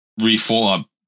reform